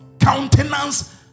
countenance